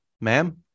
ma'am